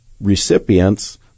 recipients